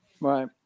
Right